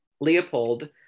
Leopold